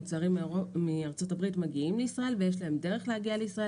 מוצרים מארצות הברית מגיעים לישראל ויש להם דרך להגיע לישראל,